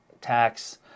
tax